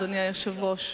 אדוני היושב-ראש,